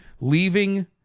leaving